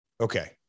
Okay